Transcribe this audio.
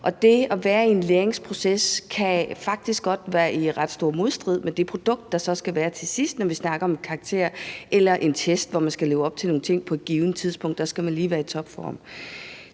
det at være i en læringsproces kan faktisk godt stå i ret stor modstrid med det produkt, der så skal komme ud af det til sidst, når vi snakker om karakterer eller en test, hvor man skal leve op til nogle ting på et givet tidspunkt. Der skal man lige være i topform.